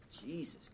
Jesus